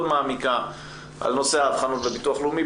מעמיקה על נושא האבחנות בביטוח הלאומי,